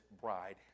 bride